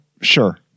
sure